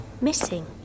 Missing